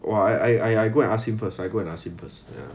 !wah! I I go and ask him first I go and ask him first